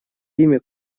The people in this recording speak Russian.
имя